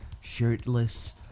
Shirtless